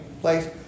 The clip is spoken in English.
place